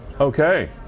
Okay